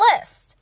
list